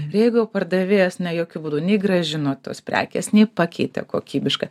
ir jeigu jau pardavėjas ne jokiu būdu nei grąžino tos prekės nei pakeitė kokybišką